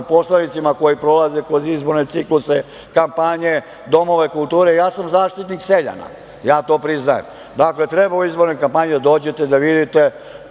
poslanicima koji prolaze kroz izborne cikluse, kampanje, domove kulture. Ja sam zaštitnik seljana, ja to priznajem. Dakle, treba u izbornu kampanju da dođete da vidite